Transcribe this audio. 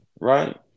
right